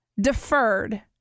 deferred